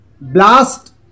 blast